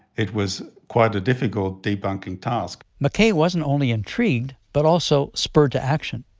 it was quite a difficult debunking task mckay wasn't only intrigued, but also spurred to action.